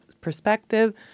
perspective